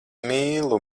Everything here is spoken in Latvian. mīlu